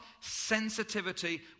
sensitivity